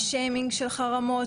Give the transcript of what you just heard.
ילדים ונוער נולדו אליו,